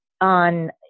on